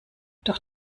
durch